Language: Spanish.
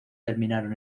terminaron